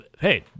Hey